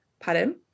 Pardon